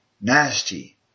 nasty